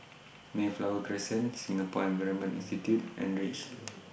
Mayflower Crescent Singapore Environment Institute and REACH